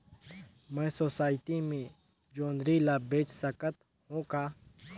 मैं सोसायटी मे जोंदरी ला बेच सकत हो का?